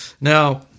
Now